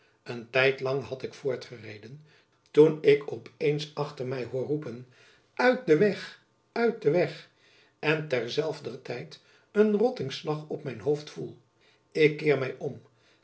een tijd lang had ik voortgereden toen ik op eens achter my hoor roepen uit den weg uit den weg en terzelfder tijd een rottingslag op mijn hoofd voel ik keer my om